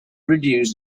reduce